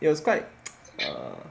it was quite err